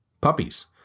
Puppies